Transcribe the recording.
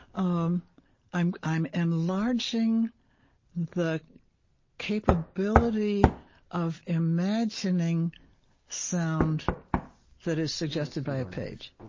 um i'm i'm enlarging the capability of imagining sound that is suggested by a page.